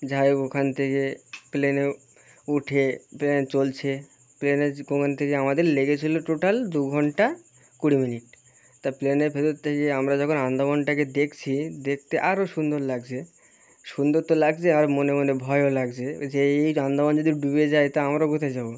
যাই হোক ওখান থেকে প্লেনে উঠে প্লেন চলছে প্লেনে ওখান থেকে আমাদের লেগেছিলো টোটাল দু ঘন্টা কুড়ি মিনিট তা প্লেনের ভিতর থেকে আমরা যখন আন্দামানটাকে দেখছি দেখতে আরও সুন্দর লাগছে সুন্দর তো লাগছে আর মনে মনে ভয়ও লাগছে যে এই আন্দামান যদি ডুবে যায় তো আমরা কোথায় যাবো